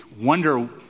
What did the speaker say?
wonder